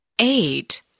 eight